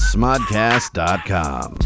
Smodcast.com